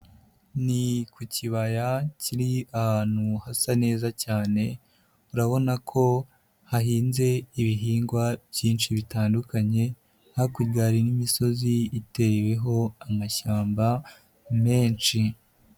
Ni ku kibaya kiri ahantu hasa neza cyane, urabona ko hahinze ibihingwa byinshi bitandukanye, hakurya hari n'imisozi iteweho amashyamba menshi.